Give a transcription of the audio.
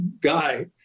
guy